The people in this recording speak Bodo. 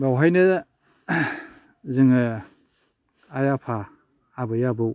बावहायनो जोङो आइ आफा आबै आबौ